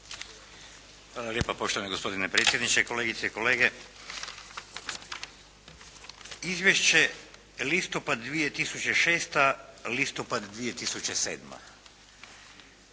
Hvala lijepa poštovani gospodine predsjedniče, kolegice i kolege. Izvješće listopad 2006., listopad 2007.